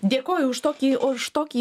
dėkoju už tokį už tokį